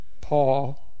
Paul